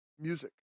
Music